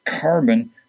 carbon –